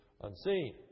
unseen